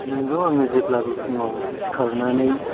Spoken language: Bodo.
नोंगौ आङो जेब्लाबो फुंआव सिखारनानै